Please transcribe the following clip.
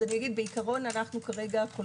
אנחנו בעיקרון קולטים